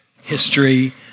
history